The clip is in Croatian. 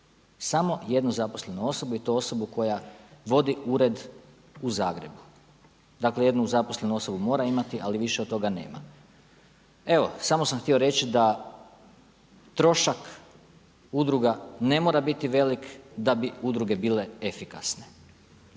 samo jednu zaposlenu osobu i to osobu koja vodi ured u Zagrebu. Dakle jednu zaposlenu osobu mora imati, ali više od toga nema. Evo samo sam htio reći da trošak udruga ne mora biti velik da bi udruge bile efikasne.